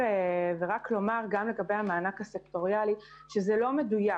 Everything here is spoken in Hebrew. ולומר לגבי המענק הסקטוריאלי שזה לא מדויק